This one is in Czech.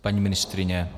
Paní ministryně?